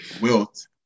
Wilt